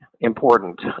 important